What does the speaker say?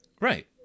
right